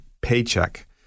paycheck